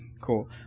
cool